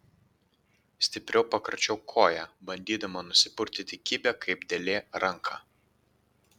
stipriau pakračiau koją bandydama nusipurtyti kibią kaip dėlė ranką